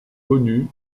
connu